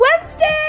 Wednesday